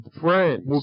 friends